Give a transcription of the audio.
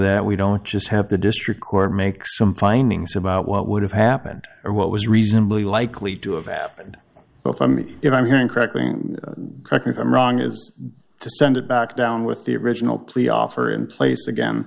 that we don't just have the district court make some findings about what would have happened and what was reasonably likely to have happened but for me if i'm hearing crackling correct me if i'm wrong is to send it back down with the original plea offer in place again